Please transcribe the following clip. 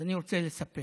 אז אני רוצה לספר